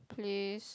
please